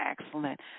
excellent